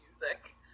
music